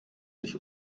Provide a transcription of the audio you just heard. sich